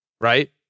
right